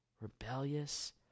rebellious